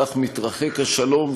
כך מתרחק השלום,